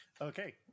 Okay